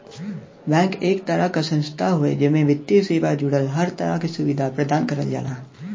bank एक तरह क संस्थान हउवे जेमे वित्तीय सेवा जुड़ल हर तरह क सुविधा प्रदान करल जाला